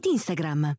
Instagram